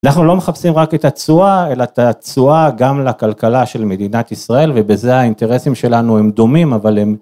אנחנו לא מחפשים רק את התשואה אלא את התשואה גם לכלכלה של מדינת ישראל ובזה האינטרסים שלנו הם דומים אבל הם